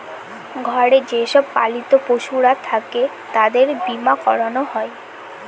ঘরে যে সব পালিত পশুরা থাকে তাদের বীমা করানো হয়